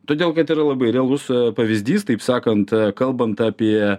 todėl kad yra labai realus pavyzdys taip sakant kalbant apie